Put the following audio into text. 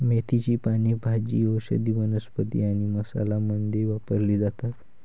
मेथीची पाने भाजी, औषधी वनस्पती आणि मसाला मध्ये वापरली जातात